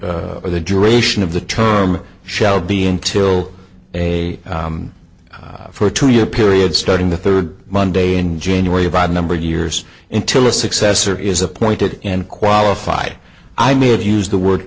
r the duration of the term shall be until a for a two year period starting the third monday in january a broad number of years until a successor is appointed and qualified i may have used the word